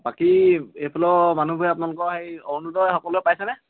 বাকী এইফালৰ মানুহবোৰে আপোনালোকৰ সেই অৰুণোদয় সকলোৱে পাইছেনে